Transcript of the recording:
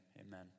Amen